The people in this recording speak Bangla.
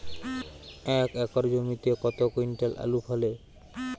এক একর জমিতে কত কুইন্টাল আলু ফলে?